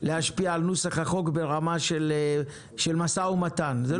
להשפיע על נוסח החוק ברמה של משא ומתן אבל